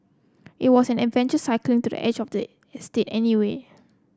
it was an adventure cycling to the edge of the estate anyway